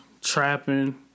trapping